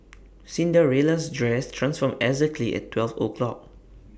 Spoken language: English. Cinderella's dress transformed exactly at twelve o'clock